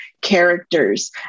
characters